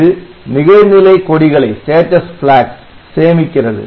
இது நிகழ்நிலை கொடிகளை சேமிக்கிறது